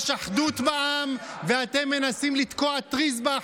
הצביעות היא שלכם.